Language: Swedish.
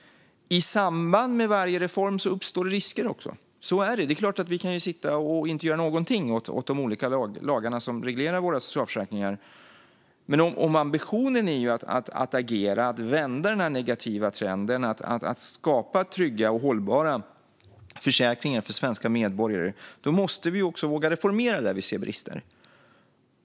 I samband med varje reform uppstår risker. Så är det. Det är klart att vi kan sitta och inte göra någonting alls åt de olika lagar som reglerar våra socialförsäkringar, men ambitionen är ju att agera och vända den negativa trenden och skapa trygga och hållbara försäkringar för svenska medborgare. Då måste vi också våga reformera där vi ser brister.